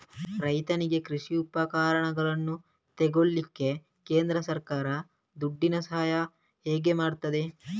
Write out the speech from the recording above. ರೈತನಿಗೆ ಕೃಷಿ ಉಪಕರಣಗಳನ್ನು ತೆಗೊಳ್ಳಿಕ್ಕೆ ಕೇಂದ್ರ ಸರ್ಕಾರ ದುಡ್ಡಿನ ಸಹಾಯ ಹೇಗೆ ಮಾಡ್ತದೆ?